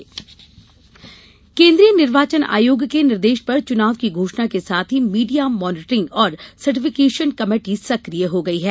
media monitoring केंद्रीय निर्वाचन आयोग के निर्देश पर चुनाव की घोषणा के साथ ही मीडिया मानीटरिंग और सर्टिफिकेशन कमेटी सकिय हो गई है